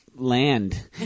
land